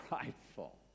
prideful